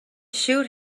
shoot